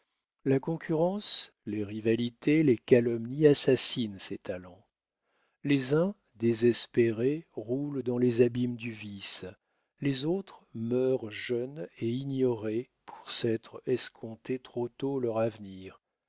la concurrence les rivalités les calomnies assassinent ces talents les uns désespérés roulent dans les abîmes du vice les autres meurent jeunes et ignorés pour s'être escompté trop tôt leur avenir